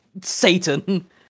Satan